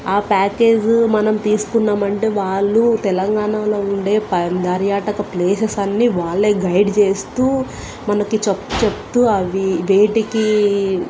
ఆ ప్యాకేజ్ మనం తీసుకున్నామంటే వాళ్ళు తెలంగాణలో ఉండే పర్యాటక ప్లేసెస్ అన్ని వాళ్ళే గైడ్ చేస్తూ మనకి చెప్తూ అవి వేటికి